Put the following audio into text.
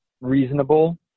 reasonable